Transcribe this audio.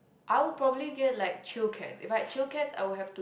I would probably get like chill cat if I had chill cats I would have to